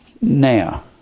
Now